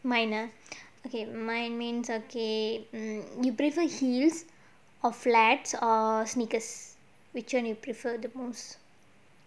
mine ah okay mine means okay you prefer heels or flats or sneakers which [one] you prefer the most